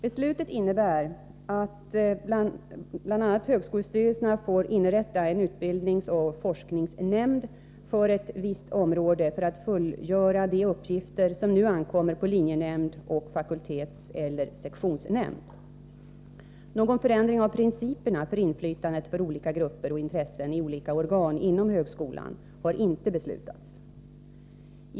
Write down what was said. Beslutet innebär bl.a. att högskolestyrelsen får inrätta en utbildningsoch forskningsnämnd för ett visst område för att fullgöra de uppgifter som nu ankommer på linjenämnd och fakultetseller sektionsnämnd. Någon förändring av principerna för inflytandet för olika grupper och intressen i olika organ inom högskolan har inte beslutats.